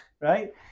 right